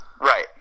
Right